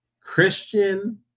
Christian